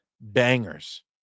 bangers